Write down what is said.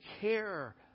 care